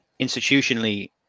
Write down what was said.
institutionally